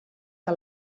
que